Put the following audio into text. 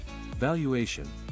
Valuation